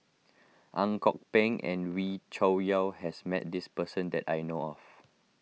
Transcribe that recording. Ang Kok Peng and Wee Cho Yaw has met this person that I know of